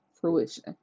fruition